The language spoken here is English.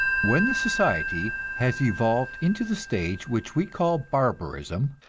when the society has evolved into the stage which we call barbarism,